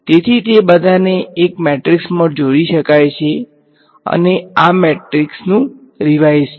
તેથી તે બધાને એક મેટ્રિક્સમાં જોડી શકાય છે અને આ મેટ્રિક્સનું સાઈઝ છે